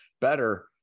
better